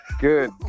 Good